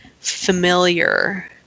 familiar